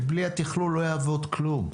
בלי התכלול לא יעבוד כלום.